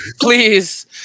Please